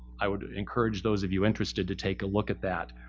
i would encourage those of you interested to take a look at that.